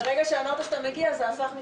מרגע שאמרת שאתה מגיע, זה הפך מ"תתקיים"